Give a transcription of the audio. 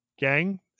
Gang